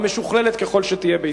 משוכללת ככל שתהיה בישראל.